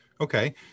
Okay